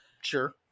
Sure